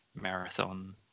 marathon